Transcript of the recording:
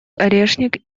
орешник